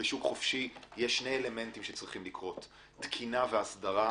בשוק חופשי יש שני אלמנטים שצריכים לקרות: תקינה והסדרה,